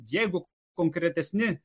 jeigu konkretesni